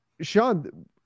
Sean